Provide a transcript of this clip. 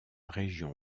région